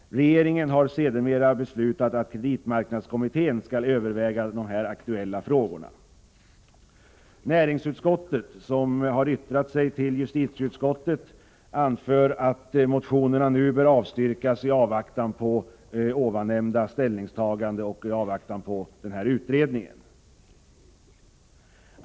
Regeringen har sedermera beslutat att kreditmarknadskommittén skall överväga här aktuella frågor. Näringsutskottet, som har yttrat sig till justitieutskottet, anför att motionerna nu bör avstyrkas i avvaktan på nyssnämnda ställningstagande och på denna utredning.